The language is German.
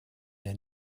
der